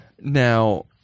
now